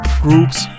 groups